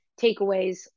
takeaways